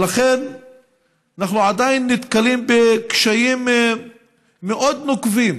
אנחנו עדיין נתקלים בקשיים מאוד נוקבים